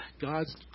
God's